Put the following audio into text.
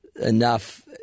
enough